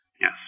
Yes